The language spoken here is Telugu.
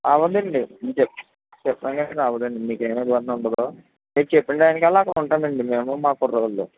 అవునండి నేను చెప్ చెప్పెనుకదండి అవదండి మీకేం ఇబ్బందుండదు మీరు చెప్పిన టయానికల్లా అక్కడుంటామండి మేము మా కుర్రోళ్ళు